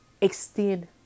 Extend